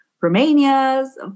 Romania's